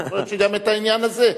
יכול להיות שגם את העניין הזה.